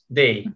day